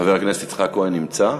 חבר הכנסת יצחק כהן נמצא?